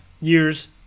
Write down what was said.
year's